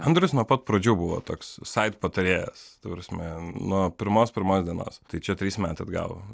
andrius nuo pat pradžių buvo toks sait patarėjas ta prasme nuo pirmos pirmos dienos tai čia trys metai atgal